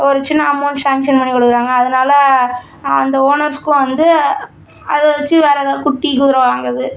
ஒரு சின்ன amount sanction பண்ணி கொடுக்குறாங்க அதனால அந்த ஓனர்ஸுக்கும் வந்து அதை வெச்சி வேறு ஏதாவது குட்டி குதிரை வாங்குறது